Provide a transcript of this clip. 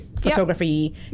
photography